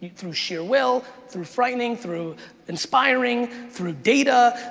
through sheer will, through frightening, through inspiring, through data,